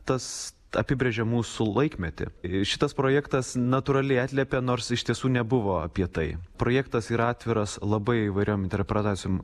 tas apibrėžė mūsų laikmetį šitas projektas natūraliai atliepia nors iš tiesų nebuvo apie tai projektas yra atviras labai įvairiom interpretacijom